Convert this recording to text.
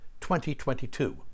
2022